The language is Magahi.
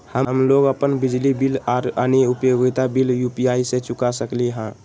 हम लोग अपन बिजली बिल और अन्य उपयोगिता बिल यू.पी.आई से चुका सकिली ह